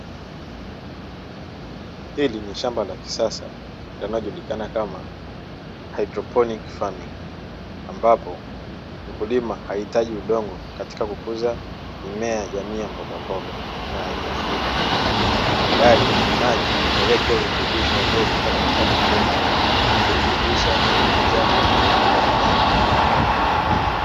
Hili ni shamba la kisasa linajulikana kama haidroponi, ambapo mkulima haihitaji udongo katika kukuza mimea ya jamii ya mboga mboga na aina hiyo bali ni maji yenyevirutubisho ambayo hupita katika mabomba na kurutubisha na kukuza mboga hizi.